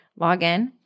Login